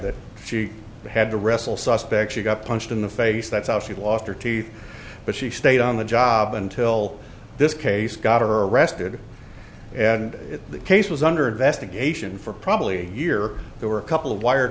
that she had to wrestle suspects she got punched in the face that's how she lost her teeth but she stayed on the job until this case got her arrested and the case was under investigation for probably a year there were a couple of wire